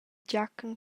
giachen